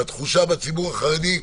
והתחושה בציבור החרדי,